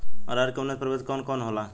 अरहर के उन्नत प्रभेद कौन कौनहोला?